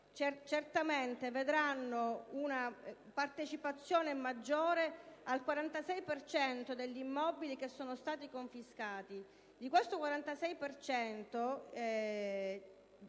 certamente vedranno una partecipazione maggiore al 46 per cento degli immobili che sono stati confiscati. Il 46